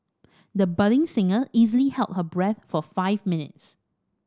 the budding singer easily held her breath for five minutes